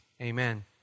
Amen